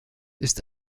ist